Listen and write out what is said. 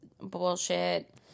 bullshit